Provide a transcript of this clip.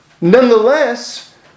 Nonetheless